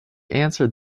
answered